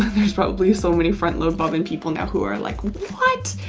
there's probably so many front load bobbin people now who are likely what?